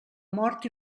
mort